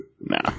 nah